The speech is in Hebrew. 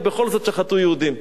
ובכל זאת שחטו יהודים,